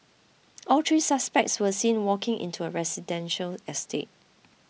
all three suspects were seen walking into a residential estate